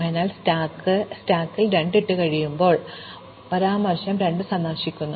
അതിനാൽ സ്റ്റാക്കിൽ 2 കഴിയുമെങ്കിൽ അത് 2 ആകാൻ കഴിയാത്തതിനാൽ പരാമർശം 2 സന്ദർശിക്കുന്നു